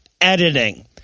editing